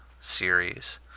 series